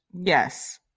yes